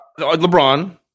LeBron